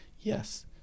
yes